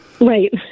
Right